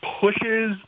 pushes